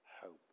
hope